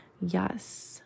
Yes